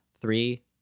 Three